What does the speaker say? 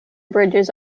bridges